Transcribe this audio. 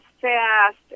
fast